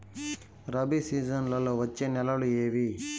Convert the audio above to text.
రబి సీజన్లలో వచ్చే నెలలు ఏవి?